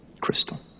Crystal